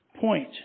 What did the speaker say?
point